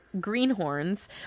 greenhorns